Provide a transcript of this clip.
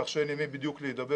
כך שאין לי בדיוק עם מי להידבר,